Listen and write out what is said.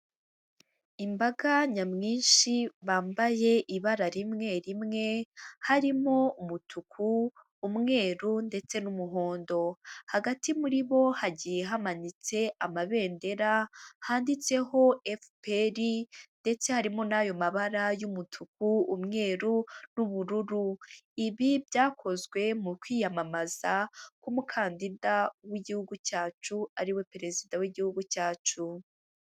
Imbaga nyamwinshi bambaye ibara rimwe rimwe, harimo umutuku, umweru, ndetse n'umuhondo. Hagati muri bo hagiye hamanitse amabendera handitseho efuperi, ndetse harimo n'ayo mabara y'umutuku, umweru, n'ubururu. Ibi byakozwe mu kwiyamamaza k'umukandida w'Igihugu cyacu ari we perezida w'Igihugu cyacu.